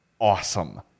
awesome